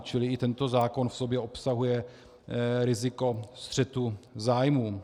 Čili i tento zákon v sobě obsahuje riziko střetu zájmů.